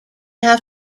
have